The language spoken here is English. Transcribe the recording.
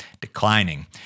declining